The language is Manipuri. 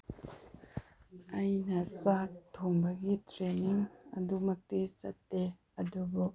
ꯑꯩꯅ ꯆꯥꯛ ꯊꯣꯡꯕꯒꯤ ꯇ꯭ꯔꯦꯟꯅꯤꯡ ꯑꯗꯨꯃꯛꯇꯤ ꯆꯠꯇꯦ ꯑꯗꯨꯕꯨ